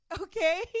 okay